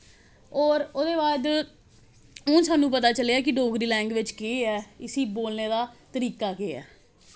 होर ओह्दे बाद हून सानूं पता चलेआ कि डोगरी लैंग्वेज केह् ऐ इसी बोलने दा तरीका केह् ऐ